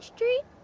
Street